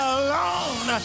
alone